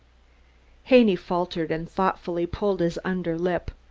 haney faltered and thoughtfully pulled his under-lip.